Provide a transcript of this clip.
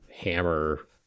hammer